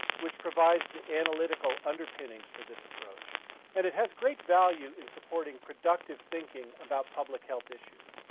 which provides the analytical underpinnings for this approach and it has great value in supporting productive thinking about public health issues.